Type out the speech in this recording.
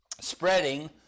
spreading